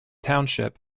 township